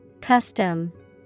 Custom